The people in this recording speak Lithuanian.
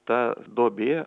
ta duobė